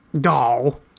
Doll